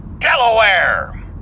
Delaware